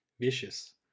vicious